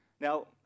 Now